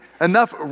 enough